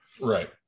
right